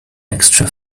extra